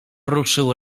ruszył